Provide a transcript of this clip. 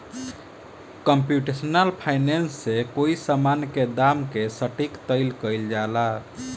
computational finance से कोई समान के दाम के सटीक तय कईल जाला